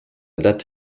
date